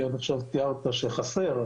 עד עכשיו תיארת שחסר,